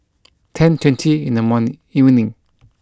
ten twenty in the morning evening